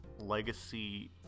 Legacy